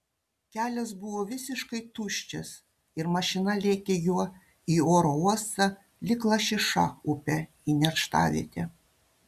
kelias buvo visiškai tuščias ir mašina lėkė juo į oro uostą lyg lašiša upe į nerštavietę